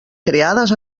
creades